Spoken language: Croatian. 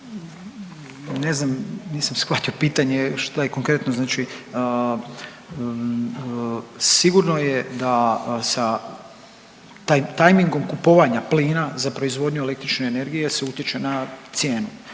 ne znam nisam shvatio pitanje šta je konkretno, znači sigurno je da tajmingom kupovanja plina za proizvodnju električne energije se utječe na cijenu,